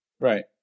Right